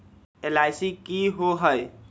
LIC की होअ हई?